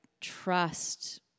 trust